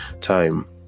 time